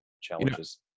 challenges